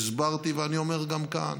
הסברתי, ואני אומר גם כאן: